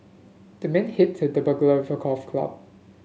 the man hit the burglar a golf club